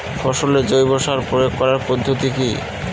ফসলে জৈব সার প্রয়োগ করার পদ্ধতি কি?